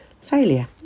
Failure